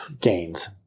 gains